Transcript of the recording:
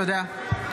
תודה.